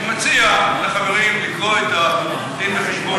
אני מציע לחברים לקבוע את הדין-וחשבון,